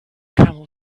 camel